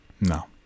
No